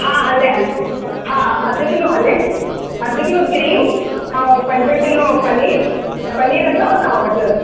हा हले हले हा अधु किलो हले अधु किलो क्रीम ऐं पंज किलो पनीर पनीर अथव तव्हां वटि